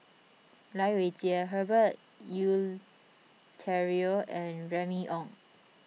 Lai Weijie Herbert Eleuterio and Remy Ong